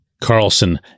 Carlson